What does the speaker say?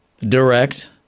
direct